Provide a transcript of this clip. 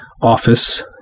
office